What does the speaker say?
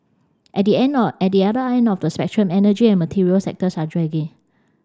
at the end of at the other end of the spectrum energy and material sectors are dragging